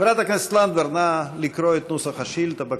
חברת הכנסת לנדבר, נא לקרוא את נוסח השאילתה.